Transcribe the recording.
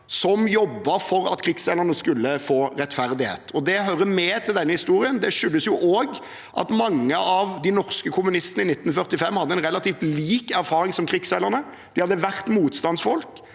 som jobbet for at krigsseilerne skulle få rettferdighet, og det hører med til denne historien. Det skyldes jo også at mange av de norske kommunistene i 1945 hadde en relativt lik erfaring som krigsseilerne. De hadde vært motstandsfolk,